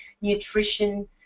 nutrition